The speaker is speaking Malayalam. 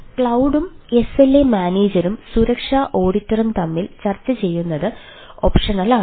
ക്ലൌഡും എസ്എൽഎ മാനേജരും സുരക്ഷാ ഓഡിറ്ററും തമ്മിൽ ചർച്ച ചെയ്യുന്നത് ഓപ്ഷണലാണ്